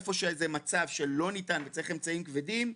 איפה שזה מצב שלא ניתן וצריך אמצעים כבדים,